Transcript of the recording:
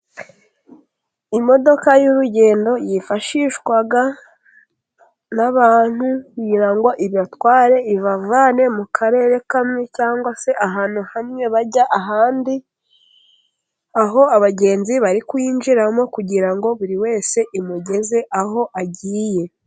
Imodoka y'urugendo yifashishwa n'abantu, kugira ngo ibatware ibavane mu karere kamwe, cyangwa se ahantu hamwe bajya ahandi, aho abagenzi bari kuyinjiramo, kugira ngo buri wese imugeze aho agiye.